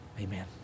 amen